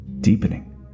deepening